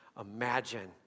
imagine